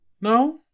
No